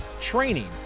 training